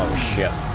ship